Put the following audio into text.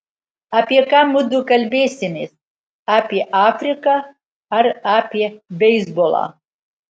apie ką mudu kalbėsimės apie afriką ar apie beisbolą